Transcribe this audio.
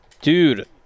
Dude